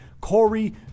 Corey